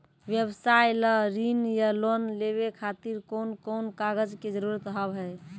व्यवसाय ला ऋण या लोन लेवे खातिर कौन कौन कागज के जरूरत हाव हाय?